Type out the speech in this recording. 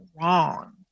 wrong